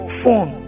phone